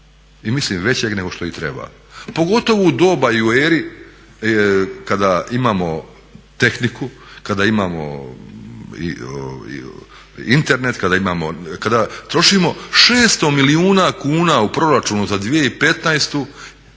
i mislim većeg nego što i treba? Pogotovo u doba i u eri kada imamo tehniku, kada imamo Internet, kada imamo, kada trošimo 600 milijuna kuna u proračunu za 2015.,